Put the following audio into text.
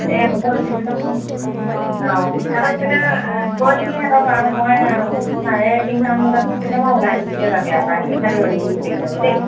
এই হ'ব ইহঁতক অঁ সিহঁতক তেতিয়া কৈ দিবি সিহঁতক আৰু মই চাৰে তিনিটামান বজাত তেতিয়া মই ওলাই গুচিয়ে যাম ইয়াৰ পৰা সিফালে ৰৈ থাকিবি গোটেইকেইজনী দেই